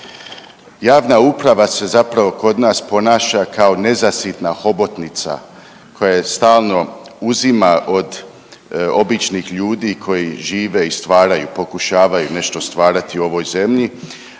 Javna uprava se zapravo kod nas ponaša kao nezasitna hobotnica koja stalno uzima od običnih ljudi koji žive i stvaraju, pokušavaju nešto stvarati u ovoj zemlji,